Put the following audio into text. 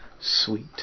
Sweet